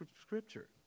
scripture